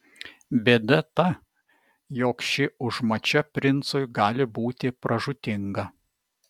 bėda ta jog ši užmačia princui gali būti pražūtinga